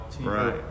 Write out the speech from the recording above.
Right